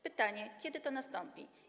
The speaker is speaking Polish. Pytanie: Kiedy to nastąpi?